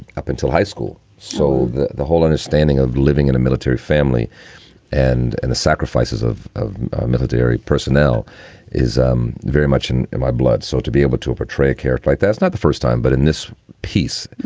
up until high school. so the the whole understanding of living in a military family and and the sacrifices of of military personnel is um very much in in my blood. so to be able to portray a character like that's not the first time. but in this piece,